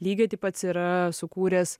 lygiai taip pat yra sukūręs